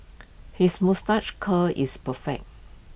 his moustache curl is perfect